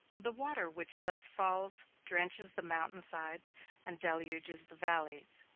the water which thus falls drenches the mountain sides and deluges the valleys.